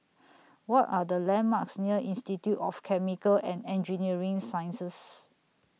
What Are The landmarks near Institute of Chemical and Engineering Sciences